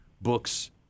books